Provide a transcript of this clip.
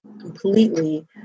completely